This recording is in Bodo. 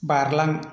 बारलां